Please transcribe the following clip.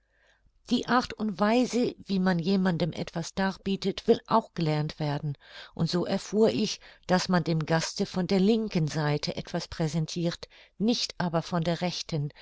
die art und weise wie man jemandem etwas darbietet will auch gelernt werden und so erfuhr ich daß man dem gaste von der linken seite etwas präsentirt nicht aber von der rechten